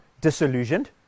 disillusioned